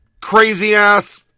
crazy-ass